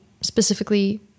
specifically